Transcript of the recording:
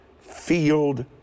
field